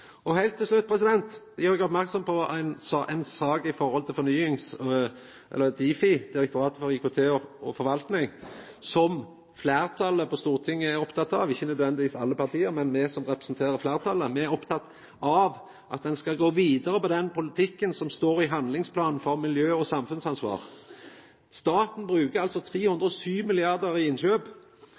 dette. Heilt til slutt gjer eg merksam på ei sak som gjeld Difi, Direktoratet for forvaltning og IKT, som fleirtalet på Stortinget er oppteke av, ikkje nødvendigvis alle parti, men me som representerer fleirtalet, er opptekne av at ein skal gå vidare på den politikken som står i handlingsplanen for miljø og samfunnsansvar. Staten bruker altså 307 mrd. kr i innkjøp.